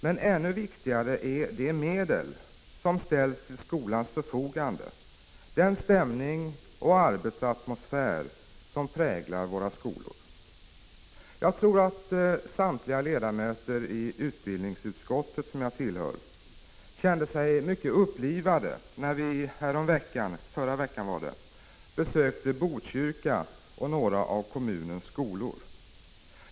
Men ännu viktigare är de medel som ställs till skolans förfogande och även den stämning och den arbetsatmosfär som präglar våra skolor. Jag tror att samtliga ledamöter i utbildningsutskottet, som jag tillhör, kände sig mycket upplivade när vi i förra veckan besökte Botkyrka och några av kommunens skolor.